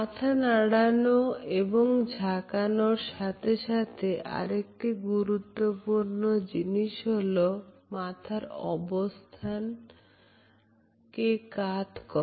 মাথা নাড়ানো এবং ঝাঁকানোর সাথে সাথে আরেকটি গুরুত্বপূর্ণ জিনিস হল মাথার অবস্থানকে কাত করা